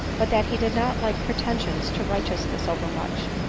but that he did not like pre tensions to righteousness over much,